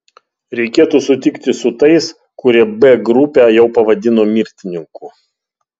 reikėtų sutikti su tais kurie b grupę jau pavadino mirtininkų